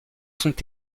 sont